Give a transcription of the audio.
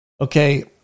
Okay